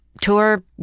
tour